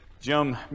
Jim